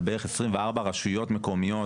על בערך 24 רשויות מקומיות.